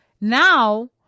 Now